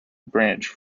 branch